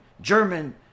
German